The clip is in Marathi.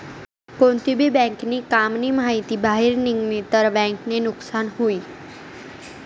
कोणती भी बँक नी काम नी माहिती बाहेर निगनी तर बँक ले नुकसान हुई